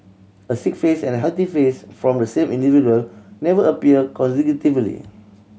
a sick face and healthy face from the same individual never appeared consecutively